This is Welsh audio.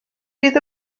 fydd